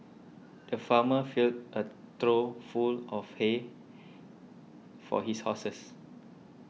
the farmer filled a trough full of hay for his horses